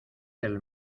del